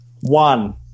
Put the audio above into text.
One